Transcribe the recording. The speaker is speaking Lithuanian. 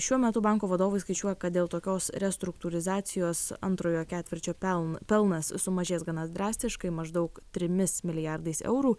šiuo metu banko vadovai skaičiuoja kad dėl tokios restruktūrizacijos antrojo ketvirčio peln pelnas sumažės gana drastiškai maždaug trimis milijardais eurų